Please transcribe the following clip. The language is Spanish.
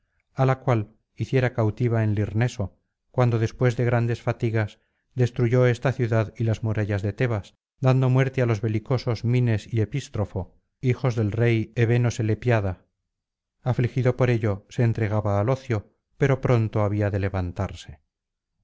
á la cual hiciera cautiva en lirneso cuando después de grandes fatigas destruyó esta ciudad y las murallas de tebas dando muerte á los belicosos mines y epístrofo hijos del rey eveno vsclepíada afligido por ello se entregaba al ocio pero pronto había de levantarse